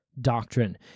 doctrine